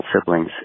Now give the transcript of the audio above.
siblings